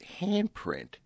handprint